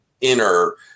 inner